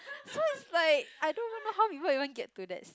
so is like I don't even know how people even get to that's